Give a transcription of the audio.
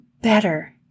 better